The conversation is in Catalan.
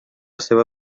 seva